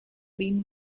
been